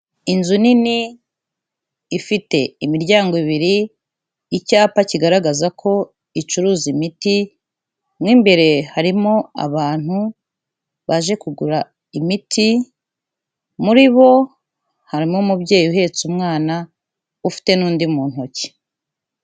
Inzu nini, ifite imiryango ibiri, icyapa kigaragaza ko icuruza imiti, mo imbere harimo abantu, baje kugura imiti, muri bo harimo umubyeyi uhetse umwana ufite n'undi mu ntoki.